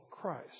Christ